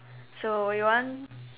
so you want